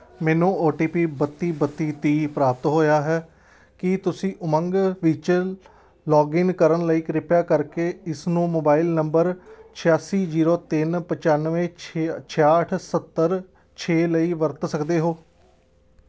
ਮੈਨੂੰ O T P ਬੱਤੀ ਬੱਤੀ ਤੀਹ ਪ੍ਰਾਪਤ ਹੋਇਆ ਹੈ ਕੀ ਤੁਸੀਂ ਉਮੰਗ ਵਿੱਚ ਲੌਗਇਨ ਕਰਨ ਲਈ ਕਿਰਪਿਆ ਕਰਕੇ ਇਸਨੂੰ ਮੋਬਾਈਲ ਨੰਬਰ ਛਿਆਸੀ ਜੀਰੋ ਤਿੰਨ ਪਚਾਨਵੇਂ ਛੇ ਛਿਆਹਠ ਸੱਤਰ ਛੇ ਲਈ ਵਰਤ ਸਕਦੇ ਹੋ